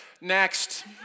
Next